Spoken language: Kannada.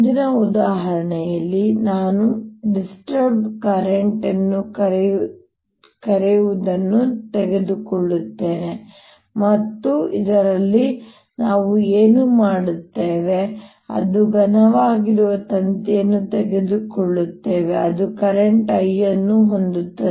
ಮುಂದಿನ ಉದಾಹರಣೆಯಲ್ಲಿ ನಾನು ಡಿಸ್ಟ್ರಿಸ್ಟ್ರಿಡ್ ಕರೆಂಟ್ ಎಂದು ಕರೆಯುವದನ್ನು ತೆಗೆದುಕೊಳ್ಳುತ್ತೇನೆ ಮತ್ತು ಇದರಲ್ಲಿ ನಾವು ಏನು ಮಾಡುತ್ತೇವೆ ಅದು ಘನವಾಗಿರುವ ತಂತಿಯನ್ನು ತೆಗೆದುಕೊಳ್ಳುತ್ತದೆ ಮತ್ತು ಅದು ಕರೆಂಟ್ I ಅನ್ನು ಒಯ್ಯುತ್ತದೆ